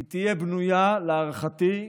היא תהיה בנויה, להערכתי,